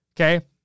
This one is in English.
okay